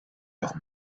doch